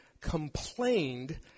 complained